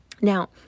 Now